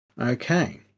Okay